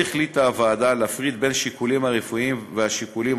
עוד החליטה הוועדה להפריד בין השיקולים הרפואיים והשיקולים